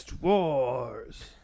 Wars